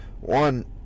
one